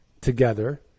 together